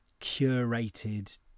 curated